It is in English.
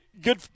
good